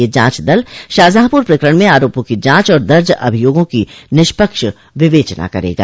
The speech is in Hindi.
यह जांच दल शाहजहांपुर प्रकरण में आरोपों की जांच और दर्ज अभियोगों की निष्पक्ष विवेचना करेगा